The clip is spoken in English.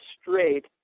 straight